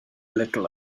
little